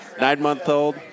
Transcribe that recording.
nine-month-old